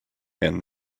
and